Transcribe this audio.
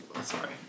sorry